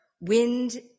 wind